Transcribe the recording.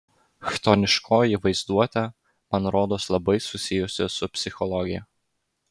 chtoniškoji vaizduotė man rodos labai susijusi su psichologija